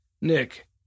Nick